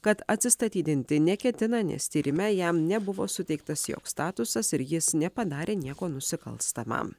kad atsistatydinti neketina nes tyrime jam nebuvo suteiktas joks statusas ir jis nepadarė nieko nusikalstama